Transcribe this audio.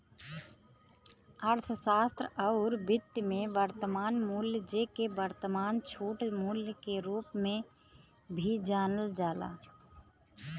अर्थशास्त्र आउर वित्त में, वर्तमान मूल्य, जेके वर्तमान छूट मूल्य के रूप में भी जानल जाला